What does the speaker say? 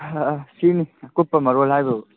ꯑꯍꯥ ꯑꯍꯥ ꯁꯤꯅꯤ ꯑꯀꯨꯞꯄ ꯃꯔꯣꯜ ꯍꯥꯏꯕꯕꯨ